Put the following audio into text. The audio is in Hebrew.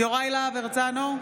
יוראי להב הרצנו,